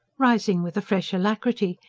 rising with a fresh alacrity,